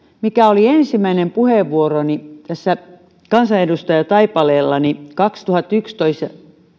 mikä oli ensimmäinen puheenvuoroni tässä kansanedustajataipaleellani kaksituhattayksitoista